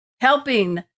helping